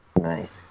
Nice